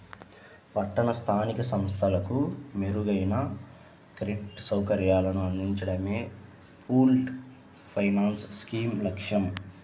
పట్టణ స్థానిక సంస్థలకు మెరుగైన క్రెడిట్ సౌకర్యాలను అందించడమే పూల్డ్ ఫైనాన్స్ స్కీమ్ లక్ష్యం